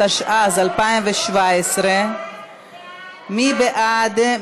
התשע"ז 2017. מי בעד?